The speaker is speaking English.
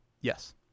yes